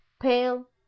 pale